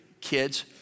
kids